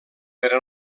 per